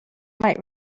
might